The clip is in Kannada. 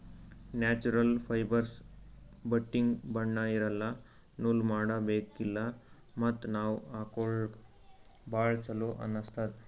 ನ್ಯಾಚುರಲ್ ಫೈಬರ್ಸ್ದು ಬಟ್ಟಿಗ್ ಬಣ್ಣಾ ಇರಲ್ಲ ನೂಲ್ ಮಾಡಬೇಕಿಲ್ಲ ಮತ್ತ್ ನಾವ್ ಹಾಕೊಳ್ಕ ಭಾಳ್ ಚೊಲೋ ಅನ್ನಸ್ತದ್